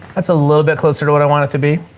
that's a little bit closer to what i want it to be.